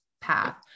path